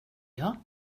jag